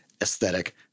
aesthetic